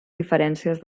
diferències